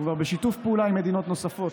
אנחנו כבר בשיתוף פעולה עם מדינות נוספות.